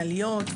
מנהליות,